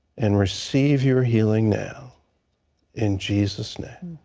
and receive your healing now in jesus' name.